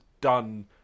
done